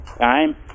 time